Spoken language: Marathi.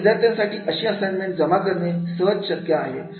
आणि विद्यार्थ्यांसाठी अशी असाइनमेंट जमा करणे सहज शक्य आहे